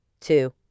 two